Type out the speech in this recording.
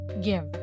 give